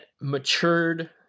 matured